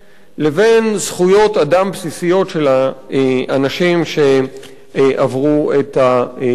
לבין זכויות אדם בסיסיות של האנשים שעברו את הגבול.